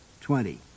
Twenty